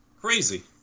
Crazy